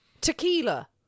Tequila